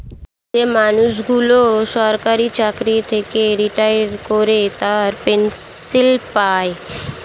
যে মানুষগুলো সরকারি চাকরি থেকে রিটায়ার করে তারা পেনসন পায়